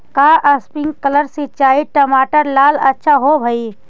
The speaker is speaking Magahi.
का स्प्रिंकलर सिंचाई टमाटर ला अच्छा होव हई?